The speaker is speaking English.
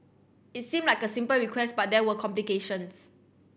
it seemed like a simple request but there were complications